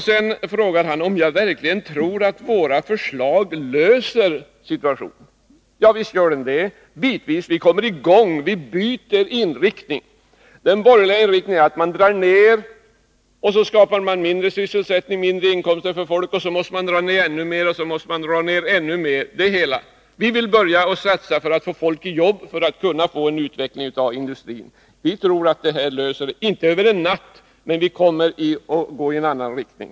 Sedan frågar Johan Olsson om vi verkligen tror att våra förslag löser problemen. Visst gör de det — bitvis. Vi kommer i gång, byter inriktning. Den borgerliga inriktningen är att dra ned och skapa mindre sysselsättning och mindre inkomster för folk, och så måste man dra ned ännu mer och ännu mer. Vi vill börja satsa för att få folk i jobb, för att kunna få en utveckling av industrin. Vi tror att det blir en lösning — inte över en natt — men vi kommer att gå i en annan riktning.